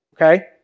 okay